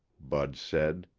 bud said.